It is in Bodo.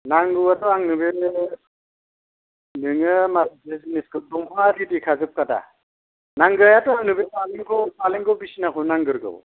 नांगौथ' आंनो बे नोङो दंफाङा रेदि जोबखा दा नांनायाथ' आंनो बे फालेंखौ फालेंखौ बिसिनाखौ नांग्रोगौ